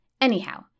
Anyhow